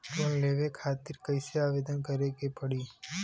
Loan लेवे खातिर कइसे आवेदन करें के पड़ी?